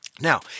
Now